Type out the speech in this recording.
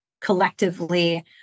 collectively